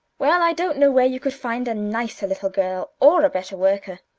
well, i don't know where you could find a nicer little girl or a better worker.